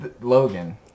Logan